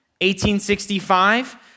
1865